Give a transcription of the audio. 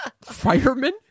Fireman